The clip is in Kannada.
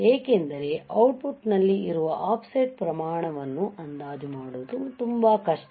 ಏಕೆಂದರೆ ಔಟ್ಪುಟ್ ನಲ್ಲಿ ಇರುವ ಆಫ್ಸೆಟ್ ಪ್ರಮಾಣವನ್ನು ಅಂದಾಜು ಮಾಡುವುದು ತುಂಬಾ ಕಷ್ಟ